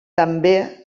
també